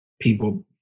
people